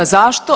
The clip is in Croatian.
Zašto?